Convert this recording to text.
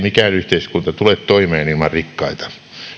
mikään yhteiskunta tule toimeen ilman rikkaita